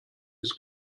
ist